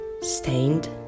stained